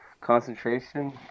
concentration